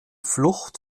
flucht